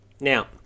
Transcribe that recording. Now